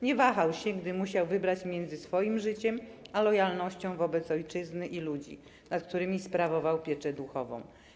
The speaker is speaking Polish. Nie wahał się, gdy musiał wybrać między swoim życiem a lojalnością wobec ojczyzny i ludzi, nad którymi sprawował pieczę duchową.